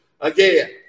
again